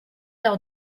leur